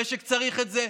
המשק צריך את זה.